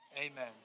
amen